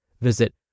Visit